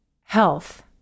health